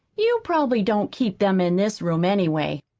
you probably don't keep them in this room, anyway.